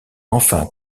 enfin